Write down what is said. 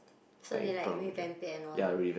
so did like we have been there oh lah